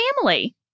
family